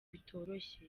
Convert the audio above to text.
bitoroshye